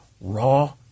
raw